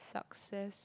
success